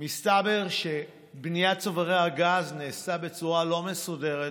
מסתבר שבניית צוברי הגז נעשתה בצורה לא מסודרת: